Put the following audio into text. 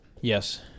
Yes